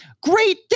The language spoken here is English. Great